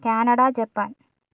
Canada Japan